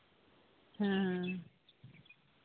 ᱦᱮᱸ